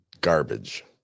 garbage